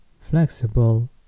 flexible